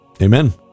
Amen